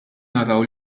naraw